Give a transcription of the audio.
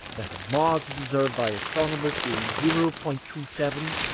that of mars, as observed by astronomers being zero point two seven,